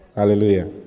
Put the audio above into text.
Hallelujah